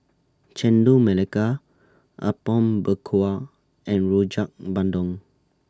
Chendol Melaka Apom Berkuah and Rojak Bandung